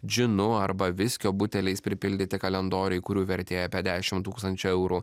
džinu arba viskio buteliais pripildyti kalendoriai kurių vertė apie dešim tūkstančių eurų